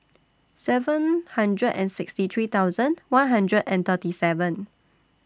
seven hundred and sixty three thousand one hundred and thirty seven